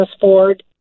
ford